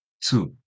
two